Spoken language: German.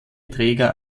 träger